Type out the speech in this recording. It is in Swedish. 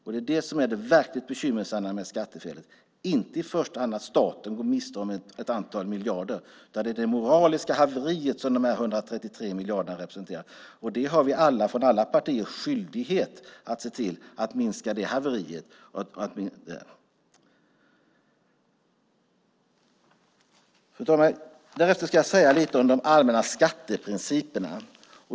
Det är det som är det verkligt bekymmersamma med skattefelen, inte i första hand att staten går miste om ett antal miljarder. Det är det moraliska haveriet som de här 133 miljarderna representerar, och vi har alla, från alla partier, skyldighet att se till att minska det haveriet. Fru talman! Jag ska säga lite om de allmänna skatteprinciperna.